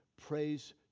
praise